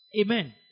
Amen